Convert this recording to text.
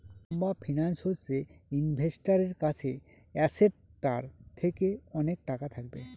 লম্বা ফিন্যান্স হচ্ছে ইনভেস্টারের কাছে অ্যাসেটটার থেকে অনেক টাকা থাকবে